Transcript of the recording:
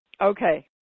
Okay